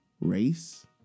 race